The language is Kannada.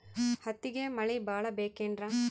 ಹತ್ತಿಗೆ ಮಳಿ ಭಾಳ ಬೇಕೆನ್ರ?